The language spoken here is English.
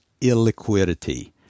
illiquidity